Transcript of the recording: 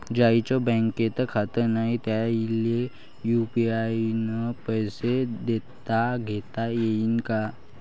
ज्याईचं बँकेत खातं नाय त्याईले बी यू.पी.आय न पैसे देताघेता येईन काय?